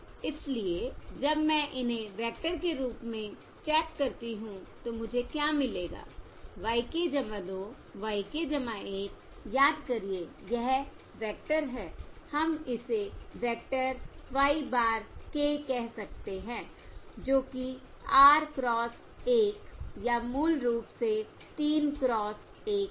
इसलिए जब मैं इन्हें वेक्टर के रूप में स्टैक करती हूं तो मुझे क्या मिलेगा y k 2 y k 1 याद करिए यह वेक्टर है हम इसे वेक्टर y bar k कह सकते हैं जो कि R क्रॉस 1 या मूल रूप से 3 क्रॉस 1 है